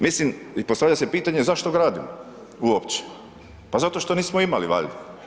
Mislim i postavlja se pitanje zašto gradimo uopće, pa zato što nismo imali valjda.